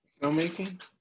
Filmmaking